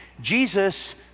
Jesus